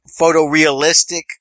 photorealistic